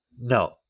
No